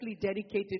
dedicated